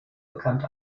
bekannt